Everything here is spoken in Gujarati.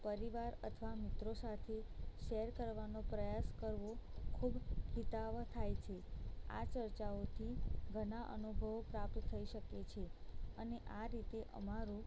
પરિવાર અથવા મિત્રો સાથે શેર કરવાનો પ્રયાસ કરવો ખૂબ હિતાવહ થાય છે આ ચર્ચાઓથી ઘણા અનુભવો પ્રાપ્ત થઈ શકે છે અને આ રીતે અમારો